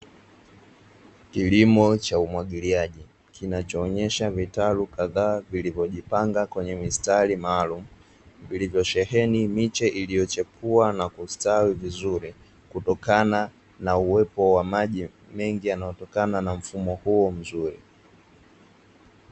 Kilimo cha umwagiliaji kinachoonyesha vitalu kadhaa vilivyojipanga kwenye mistari maalumu vilivyo sheheni miche iliyoota na kustawi vizuri kutokana na uwepo wa maji mengi yanayotokana na mfumo huo mzuri.